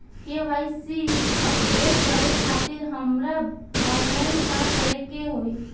KYC update करे खातिर हमरा ऑनलाइन का करे के होई?